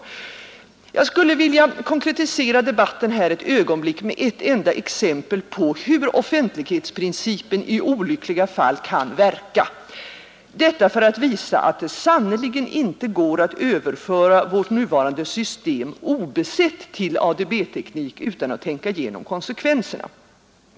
Jag skulle vilja konkretisera debatten med ett enda exempel på hur offentlighetsprincipen i olyckliga fall kan verka, detta för att visa att det sannerligen inte går att överföra vårt nuvarande system obesett till ADB-teknik utan att tänka igenom konsekvenserna.